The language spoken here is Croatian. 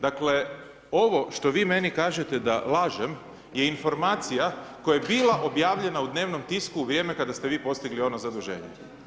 Dakle, ovo što vi meni kažete da lažem je informacija koja je bila objavljena u dnevnom tisku u vrijeme kada ste vi postigli ono zaduženje.